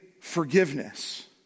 forgiveness